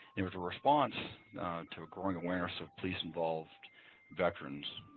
it was a response to a growing awareness of police-involved veterans.